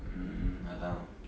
mm அதான்:athaa